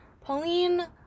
Pauline